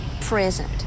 present